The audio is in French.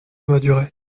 madurai